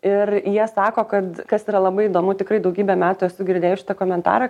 ir jie sako kad kas yra labai įdomu tikrai daugybę metų esu girdėjus šitą komentarą